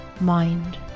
mind